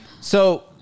So-